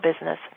business